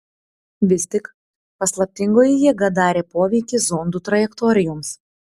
vis tik paslaptingoji jėga darė poveikį zondų trajektorijoms